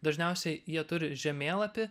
dažniausiai jie turi žemėlapį